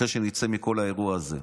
אחרי שנצא מכל האירוע הזה,